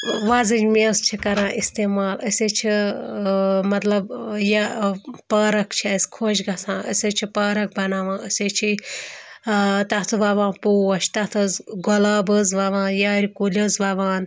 وۄزٕج میٚژ چھِ کَران استعمال أسۍ حظ چھِ مطلب یہِ پارک چھِ اَسہِ خۄش گژھان أسۍ حظ چھِ پارک بَناوان أسۍ حظ چھِ تَتھ وَوان پوش تَتھ حظ گۄلاب حظ وَوان یارِ کُلۍ حظ وَوان